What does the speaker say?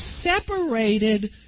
separated